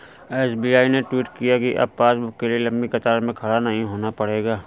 SBI ने tweet किया कि अब पासबुक के लिए लंबी कतार में खड़ा नहीं होना पड़ेगा